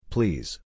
Please